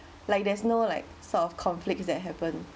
like there's no like sort of conflicts that happen